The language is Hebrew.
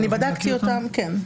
אני בדקתי אותם, כן.